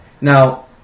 Now